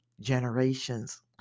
generations